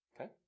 okay